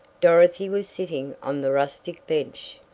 dorothy was sitting on the rustic bench,